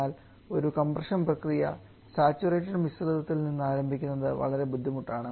എന്നാൽ ഒരു കംപ്രഷൻ പ്രക്രിയ സാച്ചുറേറ്റഡ് മിശ്രിതത്തിൽ നിന്ന് ആരംഭിക്കുന്നത് വളരെ ബുദ്ധിമുട്ടാണ്